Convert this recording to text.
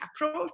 approach